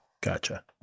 Gotcha